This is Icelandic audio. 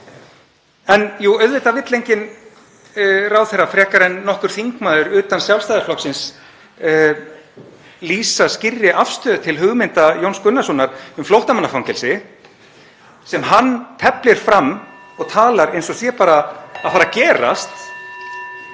dólg. Auðvitað vill enginn ráðherra, frekar en nokkur þingmaður utan Sjálfstæðisflokksins, lýsa skýrri afstöðu til hugmynda Jóns Gunnarssonar um flóttamannafangelsi sem hann teflir fram og talar um eins og það sé bara að fara að gerast.